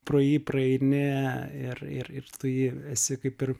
pro jį praeini ir ir ir tu jį esi kaip ir